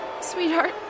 Sweetheart